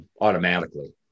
automatically